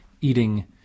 eating